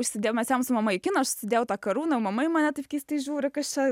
užsidėjau mes ėjom su mama į kiną aš užsidėjau tą karūną mama į mane taip keistai žiūri kas čia